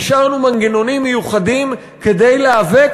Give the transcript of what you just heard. אישרנו מנגנונים מיוחדים כדי להיאבק